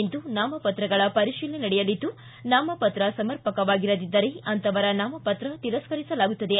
ಇಂದು ನಾಮಪತ್ರಗಳ ಪರಿತೀಲನೆ ನಡೆಯಲಿದ್ದು ನಾಮಪತ್ರ ಸಮರ್ಪಕವಾಗಿರದಿದ್ದರೆ ಅಂತವರ ನಾಮಪತ್ರ ತಿರಸ್ಕರಿಸಲಾಗುತ್ತದೆ